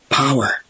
power